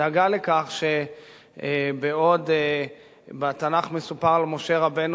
דאגה מכך שבעוד שבתנ"ך מסופר על משה רבנו